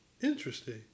Interesting